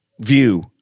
view